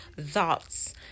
thoughts